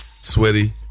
sweaty